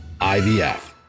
IVF